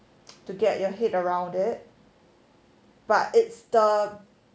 to get your head around it but it's the